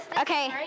Okay